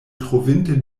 trovinte